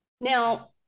Now